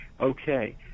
okay